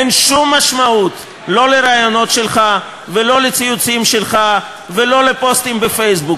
אין שום משמעות לא לראיונות שלך ולא לציוצים שלך ולא לפוסטים בפייסבוק,